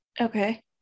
Okay